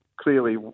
clearly